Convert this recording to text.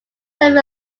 time